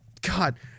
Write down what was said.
God